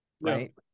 right